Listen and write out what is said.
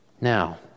Now